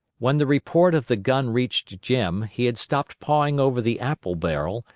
when the report of the gun reached jim, he had stopped pawing over the apple barrel,